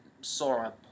Sora